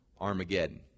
Armageddon